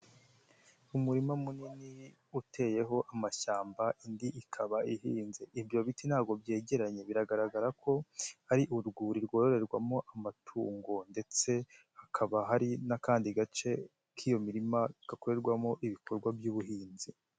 Umurima munini uteyeho amashyamba indi ikaba ihinze. Ibyo biti ntabwo byegeranye, biragaragara ko ari urwuri rwororerwamo amatungo ndetse hakaba hari n'akandi gace k'iyo mirima gakorerwamo ibikorwa by'ubuhinzi.